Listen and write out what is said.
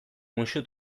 musu